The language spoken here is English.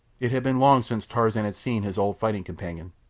it had been long since tarzan had seen his old fighting companion,